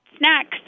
snacks